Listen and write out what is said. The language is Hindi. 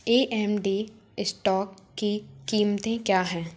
ए एम डी स्टॉक की कीमतें क्या हैं